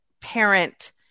parent